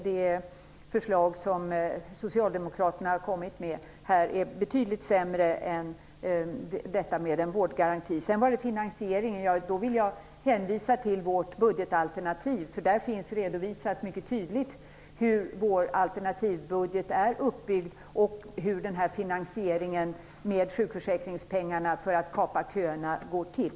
Det förslag som Socialdemokraterna har lagt fram här är betydligt sämre än förslaget om en vårdgaranti. Vad gäller finansieringen vill jag hänvisa till vårt budgetalternativ. Där finns mycket tydligt redovisat hur vår alternativbudget är uppbyggd och hur finansieringen, där sjukförsäkringspengarna används för att kapa köerna, går till.